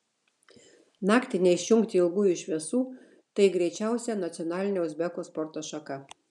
naktį neišjungti ilgųjų šviesų tai greičiausia nacionalinė uzbekų sporto šaka